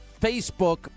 Facebook